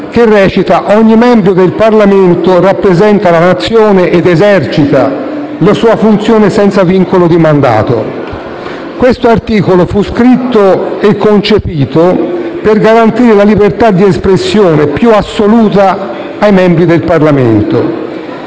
che recita: «Ogni membro del Parlamento rappresenta la nazione ed esercita la sua funzione senza vincolo di mandato». Questo articolo fu scritto e concepito per garantire la libertà di espressione più assoluta ai membri del Parlamento.